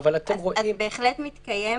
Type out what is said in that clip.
אז בהחלט מתקיים